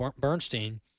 Bernstein